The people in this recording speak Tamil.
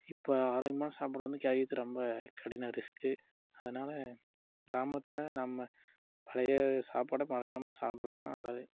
இப்போ ஆரோக்கியமான சாப்பாடு வந்து கிடைக்கிறது ரொம்ப கடினம் ரிஸ்க்கு அதனால் கிராமத்ததில் நம்ம பழைய சாப்பாடை மறக்காமல் சாப்பிட்றது தான் நல்லது